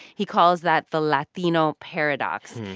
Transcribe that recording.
he calls that the latino paradox.